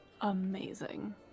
Amazing